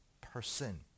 person